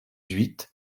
huit